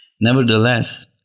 Nevertheless